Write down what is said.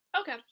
Okay